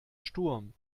sturm